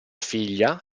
figlia